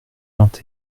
vingt